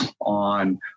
on